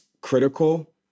critical